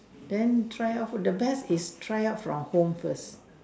then try out for the best is try out from home first